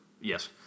Yes